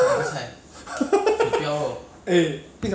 我现在吃完要 clear clear 冰橱 then 我吃下去 then 等一下肚子痛